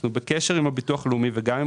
אנחנו בקשר עם הביטוח הלאומי וגם עם